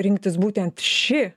rinktis būtent ši